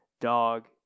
Dog